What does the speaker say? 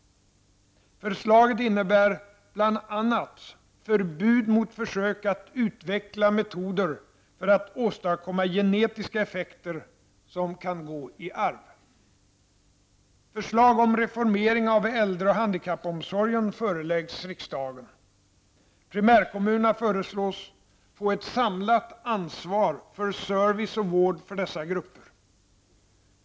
Förslaget innebär bl.a. förbud mot försök att utveckla metoder för att åstadkomma genetiska effekter som kan gå i arv. Primärkommunerna föreslås få ett samlat ansvar för service och vård för dessa grupper.